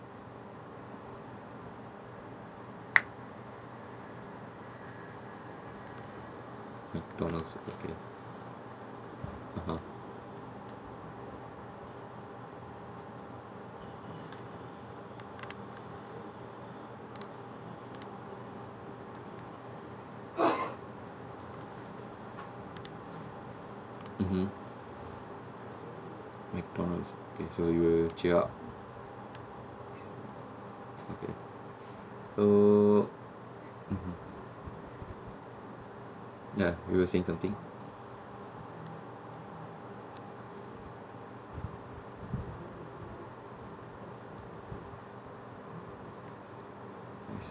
McDonald's okay (uh huh) mmhmm McDonald's okay so you'll cheer up okay so mmhmm yeah you were saying something